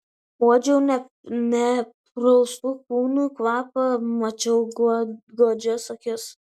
uodžiau nepraustų kūnų kvapą mačiau godžias akis